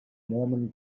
mormon